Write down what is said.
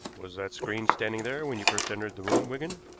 was that screen standing there when you first entered the room, wigan?